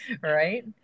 Right